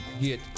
get